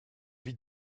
vit